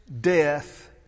death